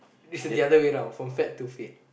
this is the other way round from fat to fit